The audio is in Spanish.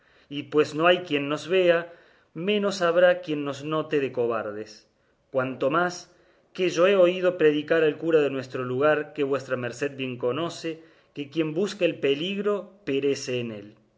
y pues no hay quien nos vea menos habrá quien nos note de cobardes cuanto más que yo he oído predicar al cura de nuestro lugar que vuestra merced bien conoce que quien busca el peligro perece